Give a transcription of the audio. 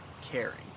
caring